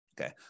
Okay